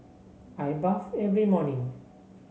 I bathe every morning